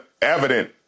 Evident